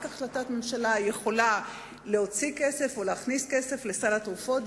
רק בהחלטת ממשלה אפשר להוציא כסף או להכניס כסף לסל התרופות,